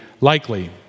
likely